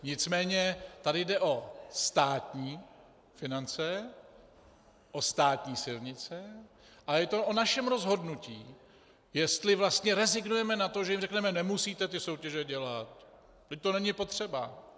Nicméně tady jde o státní finance, o státní silnice a je to o našem rozhodnutí, jestli vlastně rezignujeme na to, že jim řekneme: Nemusíte ty soutěže dělat, vždyť to není potřeba.